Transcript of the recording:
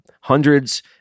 hundreds